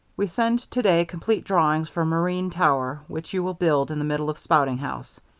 we send to-day complete drawings for marine tower which you will build in the middle of spouting house.